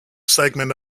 segment